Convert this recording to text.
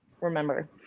remember